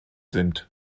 sind